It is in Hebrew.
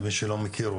למי שלא מכיר,